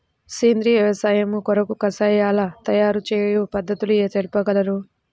సేంద్రియ వ్యవసాయము కొరకు కషాయాల తయారు చేయు పద్ధతులు తెలుపగలరు?